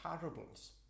parables